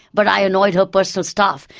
but i annoyed her personal staff,